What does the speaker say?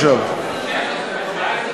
עכשיו זהו.